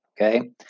okay